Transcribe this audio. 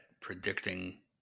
predicting